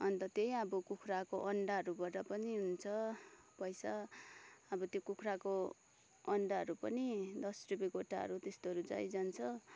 अन्त त्यही अब कुखुराको अन्डाहरूबाट पनि हुन्छ पैसा अब त्यो कुखुराको अन्डाहरू पनि दस रुपियाँ गोटाहरू त्यस्तोहरू जाइजान्छ